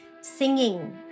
singing